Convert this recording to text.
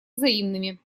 взаимными